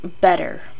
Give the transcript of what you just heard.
better